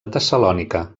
tessalònica